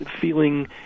feeling